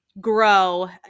grow